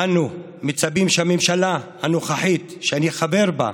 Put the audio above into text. אנו מצפים שהממשלה הנוכחית, שאני חבר בה,